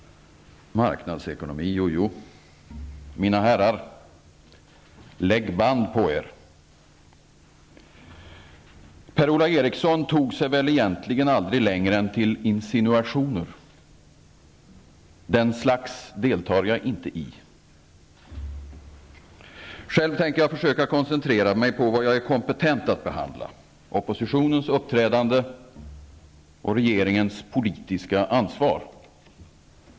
Marknadsekonomi, jo jo. Mina herrar, lägg band på er! Per-Ola Eriksson tog sig egentligen aldrig längre än till insinuationer. Sådant deltar jag inte i. Själv tänker jag försöka koncentrera mig på det jag är kompetent att behandla, oppositionens uppträdande och regeringens politiska ansvar.